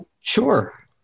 Sure